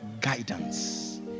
guidance